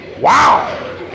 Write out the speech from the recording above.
Wow